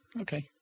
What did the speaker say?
Okay